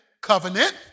covenant